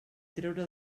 treure